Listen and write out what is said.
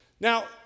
now